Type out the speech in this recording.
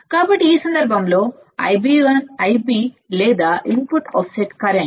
కాబట్టి ఈ సందర్భంలో Ib లేదా ఇన్పుట్ ఆఫ్సెట్ కరెంట్